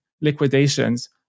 liquidations